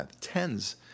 tens